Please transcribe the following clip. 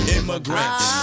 Immigrants